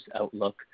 outlook